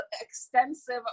extensive